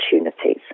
opportunities